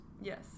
Yes